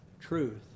truth